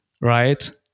Right